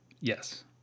Yes